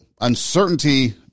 uncertainty